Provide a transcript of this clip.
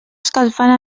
escalfant